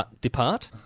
depart